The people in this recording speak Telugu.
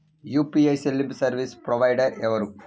యూ.పీ.ఐ చెల్లింపు సర్వీసు ప్రొవైడర్ ఎవరు?